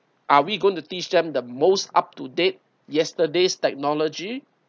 are we going to teach them the most up to date yesterday's technology